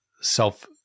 self